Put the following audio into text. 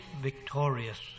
victorious